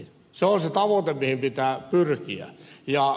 se on se tavoite mihin pitää pyrkiä